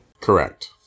Correct